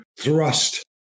thrust